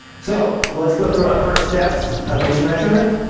so, let's go through our first steps of each measurement.